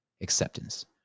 acceptance